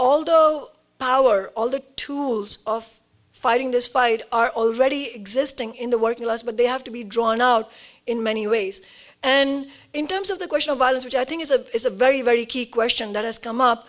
although power all the tools of fighting this fight are already existing in the working class but they have to be drawn out in many ways and in terms of the question of violence which i think is a is a very very key question that has come up